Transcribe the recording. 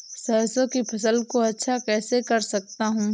सरसो की फसल को अच्छा कैसे कर सकता हूँ?